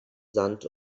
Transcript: sand